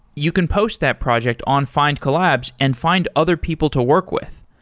you can post that project on findcollabs and find other people to work with.